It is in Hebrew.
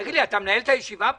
תגיד לי, אתה מנהל את הישיבה פה?